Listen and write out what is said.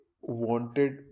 wanted